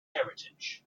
heritage